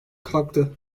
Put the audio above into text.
kalktı